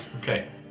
Okay